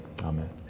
Amen